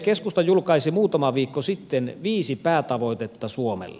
keskusta julkaisi muutama viikko sitten viisi päätavoitetta suomelle